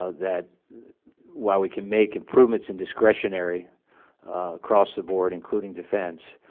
ah that while we can make improvements in discretionary across the board, including defense,